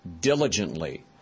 diligently